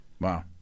Wow